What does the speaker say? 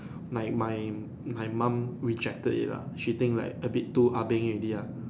my my my mom rejected it lah she think like a bit too Ah-beng already ya